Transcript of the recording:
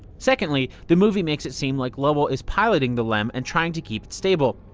secondly, the movie makes it seem like lovell is piloting the lem and trying to keep it stable.